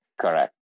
Correct